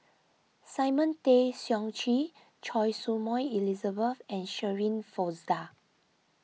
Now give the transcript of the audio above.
Simon Tay Seong Chee Choy Su Moi Elizabeth and Shirin Fozdar